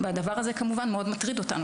והדבר הזה כמובן מאוד מטריד אותנו,